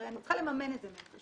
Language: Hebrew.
הרי אני צריכה לממן את זה מאיפשהו,